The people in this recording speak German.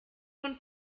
von